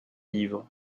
livres